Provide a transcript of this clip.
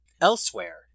Elsewhere